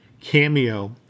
cameo